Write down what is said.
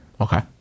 Okay